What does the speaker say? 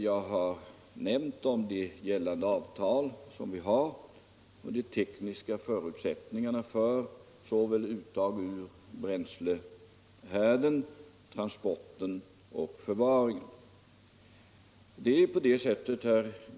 Jag har omnämnt det gällande avtalet och de tekniska förutsättningarna för uttag ur bränslehärden, för transporten och förvaringen.